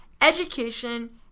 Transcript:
education